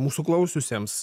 mūsų klausiusiems